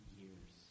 years